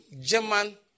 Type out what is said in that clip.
German